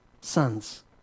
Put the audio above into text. sons